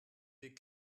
des